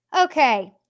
Okay